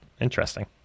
Interesting